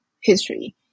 history